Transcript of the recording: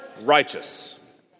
Righteous